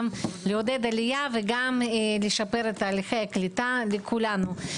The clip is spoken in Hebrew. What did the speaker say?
גם לעודד עלייה וגם לשפר את תהליכי הקליטה לכולנו.